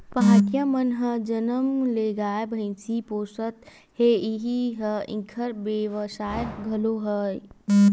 पहाटिया मन ह जनम ले गाय, भइसी पोसत हे इही ह इंखर बेवसाय घलो हे